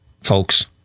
folks